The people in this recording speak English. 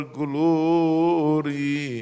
glory